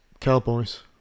cowboys